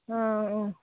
অঁ অঁ